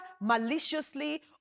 maliciously